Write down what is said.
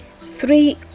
three